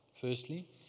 firstly